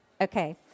Okay